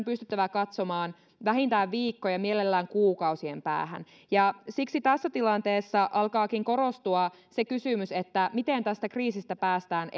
pystyttävä katsomaan vähintään viikon ja mielellään kuukausien päähän siksi tässä tilanteessa alkaakin korostua se kysymys että miten tästä kriisistä päästään